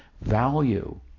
value